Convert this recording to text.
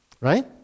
Right